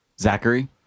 Zachary